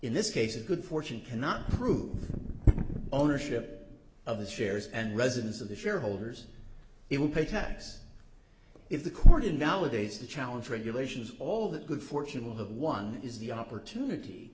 in this case a good fortune cannot prove ownership of the shares and residence of the shareholders he will pay tax if the court in nowadays to challenge regulations all that good fortune will have one is the opportunity